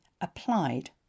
applied